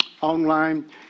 online